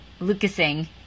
lucasing